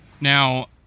Now